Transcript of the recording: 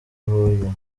huye